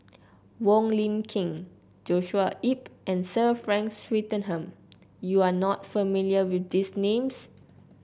Wong Lin Ken Joshua Ip and Sir Frank Swettenham you are not familiar with these names